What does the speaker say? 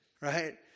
right